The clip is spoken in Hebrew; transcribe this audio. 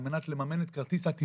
על מנת לממן את כרטיס הטיסה,